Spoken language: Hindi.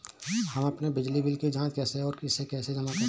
हम अपने बिजली बिल की जाँच कैसे और इसे कैसे जमा करें?